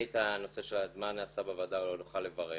אני את הנושא של מה נעשה בוועדה אוכל לברר